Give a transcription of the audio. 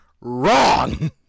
wrong